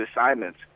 assignments